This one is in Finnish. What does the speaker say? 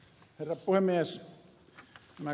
herra puhemies